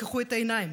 תפקחו את העיניים.